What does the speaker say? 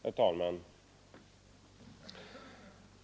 Herr talman!